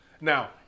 Now